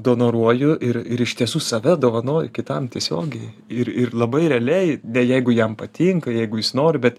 donoruoju ir ir iš tiesų save dovanoju kitam tiesiogiai ir ir labai realiai jeigu jam patinka jeigu jis nori bet